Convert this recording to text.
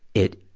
it,